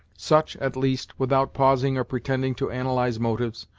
such, at least, without pausing or pretending to analyze motives,